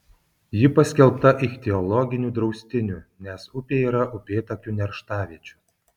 ji paskelbta ichtiologiniu draustiniu nes upėje yra upėtakių nerštaviečių